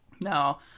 now